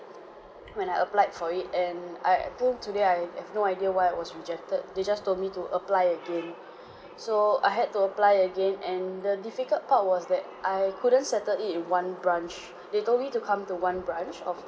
when I applied for it and I till today I have no idea why I was rejected they just told me to apply again so I had to apply again and the difficult part was that I couldn't settle it in one branch they told me to come to one branch of